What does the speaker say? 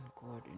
Gordon